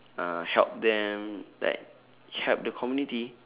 uh help them like help the community